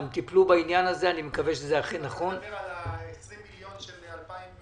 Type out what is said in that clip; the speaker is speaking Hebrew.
שהן בעצם הבסיס --- על זה יש דיון אחרי זה.